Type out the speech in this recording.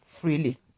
freely